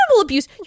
abuse